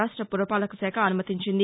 రాష్డ్ల పురపాలక శాఖ అనుమతించింది